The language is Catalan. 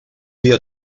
dia